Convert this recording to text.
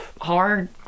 hard